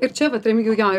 ir čia vat remigijau jo